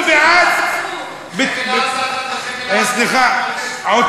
אנחנו בעד, חבל-עזה זה עוטף-עזה.